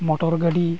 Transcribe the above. motor ᱜᱟᱹᱰᱤ